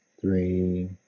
three